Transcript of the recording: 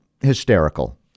hysterical